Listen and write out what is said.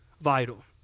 vital